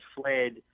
fled